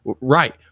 right